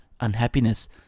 unhappiness